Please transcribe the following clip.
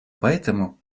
поэтому